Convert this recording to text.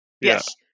Yes